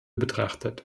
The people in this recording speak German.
betrachtet